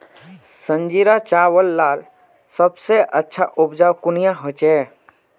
संजीरा चावल लार सबसे अच्छा उपजाऊ कुनियाँ होचए?